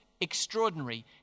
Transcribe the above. extraordinary